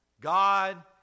God